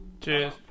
Cheers